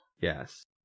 Yes